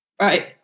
Right